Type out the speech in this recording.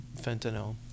fentanyl